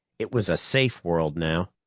it was a safe world now.